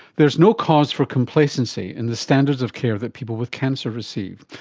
there is no cause for complacency in the standards of care that people with cancer receive.